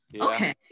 okay